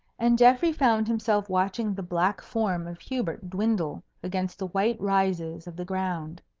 and geoffrey found himself watching the black form of hubert dwindle against the white rises of the ground.